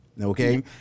Okay